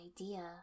idea